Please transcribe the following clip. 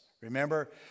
Remember